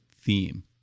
theme